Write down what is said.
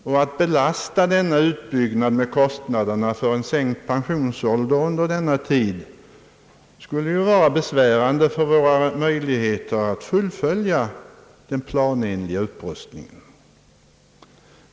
Det skulle ju bli besvärande för våra möjligheter att fullfölja den planenliga utbyggnaden, om man samtidigt ville belasta upprustningen med de kostnader som uppstår vid sänkt pensionsålder.